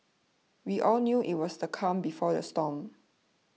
we all knew it was the calm before the storm